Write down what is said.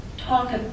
talk